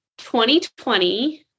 2020